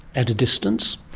at a distance?